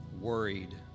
worried